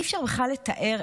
אי-אפשר בכלל לתאר,